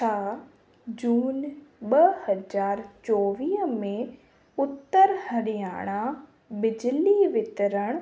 छा जून ॿ हज़ार चोवीह में उत्तर हरियाणा बिजली वितरण